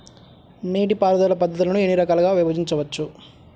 నీటిపారుదల పద్ధతులను ఎన్ని రకాలుగా విభజించవచ్చు?